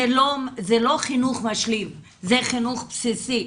זה לא חינוך משלים, זה חינוך בסיסי.